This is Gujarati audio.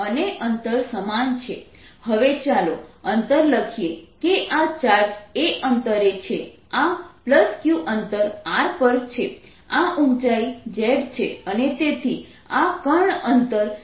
અને અંતર સમાન છે હવે ચાલો અંતર લખીએ કે આ ચાર્જ a અંતરે છે આ Q અંતર R પર છે આ ઉંચાઇ z છે અને તેથી આ કર્ણ અંતર z2 R2 છે